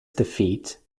defeat